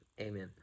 amen